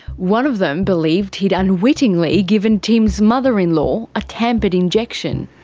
one of them believed he'd unwittingly given tim's mother-in-law a tampered injection.